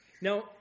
Now